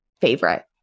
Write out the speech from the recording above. favorite